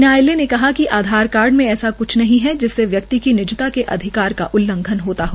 न्यायालय ने कहा कि आधार कार्ड में ऐसा क्छ नहीं है जिससे व्यक्ति की निजता के अधिकार का उल्लघंन होता है